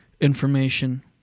information